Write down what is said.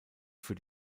für